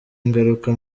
ingaruka